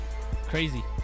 Crazy